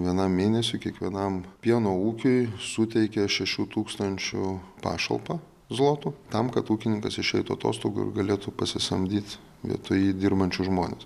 vienam mėnesiui kiekvienam pieno ūkiui suteikė šešių tūkstančių pašalpą zlotų tam kad ūkininkas išeitų atostogų ir galėtų pasisamdyt vietoj jį dirbančius žmones